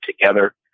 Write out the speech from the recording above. together